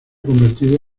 convertido